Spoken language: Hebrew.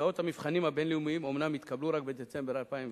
תוצאות המבחנים הבין-לאומיים אומנם יתקבלו רק בדצמבר 2012,